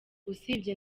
usibye